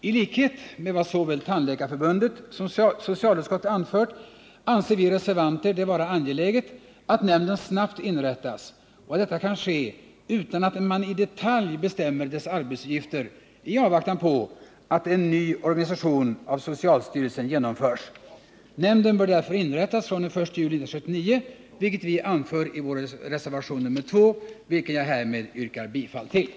I likhet med vad såväl Tandläkarförbundet som socialutskottet anfört anser vi reservanter det vara angeläget att nämnden snabbt inrättas och att detta kan ske utan att man i detalj bestämmer dess arbetsuppgifter i avvaktan på att en ny organisation av socialstyrelsen genomförs. Nämnden bör därför inrättas från den 1 juli 1979, vilket vi anför i vår reservation 2, som jag härmed yrkar bifall till.